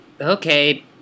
okay